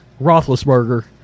Roethlisberger